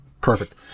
Perfect